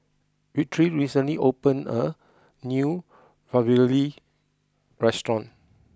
Victory recently opened a new Ravioli restaurant